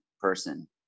person